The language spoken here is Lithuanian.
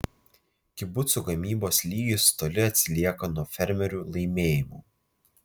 kibucų gamybos lygis toli atsilieka nuo fermerių laimėjimų